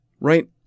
right